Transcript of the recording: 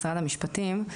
משרד המשפטים,